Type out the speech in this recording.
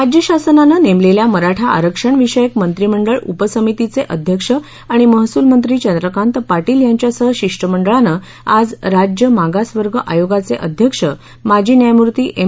राज्य शासनानं नेमलेल्या मराठा आरक्षण विषयक मंत्रीमंडळ उपसमितीचे अध्यक्ष तथा महसूल मंत्री चंद्रकांत पाटील यांच्यासह शिष्टमंडळानं आज राज्य मागास वर्ग आयोगाचे अध्यक्ष माजी न्यायमूर्ती एम